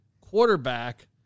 quarterback